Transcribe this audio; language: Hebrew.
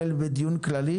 התחלנו בדיון כללי